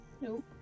Nope